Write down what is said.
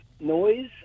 noise